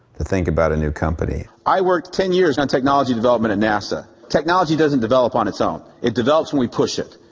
to think about a new company. i worked ten years on technology development at nasa. technology doesn't develop on its own. it develops when we push it.